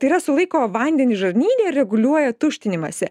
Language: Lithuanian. tai yra sulaiko vandenį žarnyne ir reguliuoja tuštinimąsi